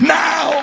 now